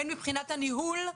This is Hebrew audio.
הן מבחינת הניהול,